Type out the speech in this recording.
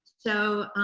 so,